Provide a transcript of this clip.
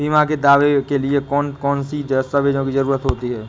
बीमा के दावे के लिए कौन कौन सी दस्तावेजों की जरूरत होती है?